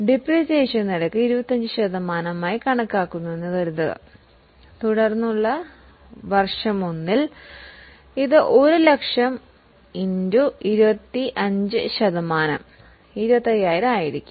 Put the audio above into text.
depreciation rate 25 ശതമാനമായി കണക്കാക്കുന്നുവെന്ന് കരുതുക തുടർന്ന് വർഷം 1 ൽ ഇത് ഒരു ലക്ഷത്തിൻറ്റെ 25 ശതമാനം 25000 ആയിരിക്കും